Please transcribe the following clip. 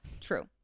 True